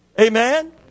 Amen